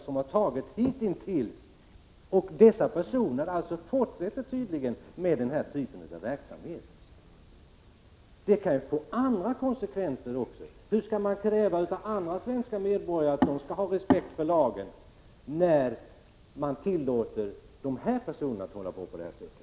Det är vad det har tagit hitintills. Dessa personer fortsätter alltså tydligen med den här typen av verksamhet. Detta kan få andra konsekvenser. Hur skall man kunna kräva av andra svenska medborgare att de skall ha respekt för lagen, när man tillåter dessa personer att hålla på med sin verksamhet?